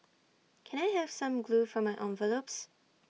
can I have some glue for my envelopes